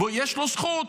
יש לו זכות.